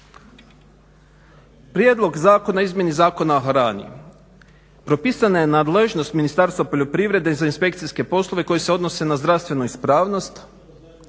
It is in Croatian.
Prijedlog zakona o izmjeni Zakona o hrani. Propisana je nadležnost Ministarstva poljoprivrede za inspekcijske poslove koji se odnose na zdravstvenu ispravnost,